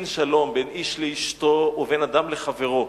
שלום בין איש לאשתו ובין אדם לחברו.